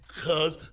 cause